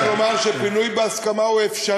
אני רוצה רק לומר שפינוי בהסכמה הוא אפשרי.